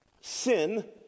Sin